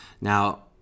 now